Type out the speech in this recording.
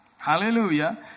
Hallelujah